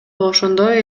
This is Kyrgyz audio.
ошондой